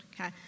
okay